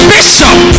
Bishop